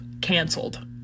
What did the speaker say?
canceled